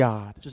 God